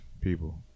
people